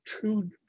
two